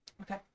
Okay